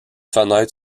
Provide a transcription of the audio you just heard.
fenêtres